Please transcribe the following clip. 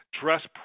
dress